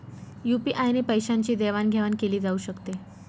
UPI ने पैशांची देवाणघेवाण केली जाऊ शकते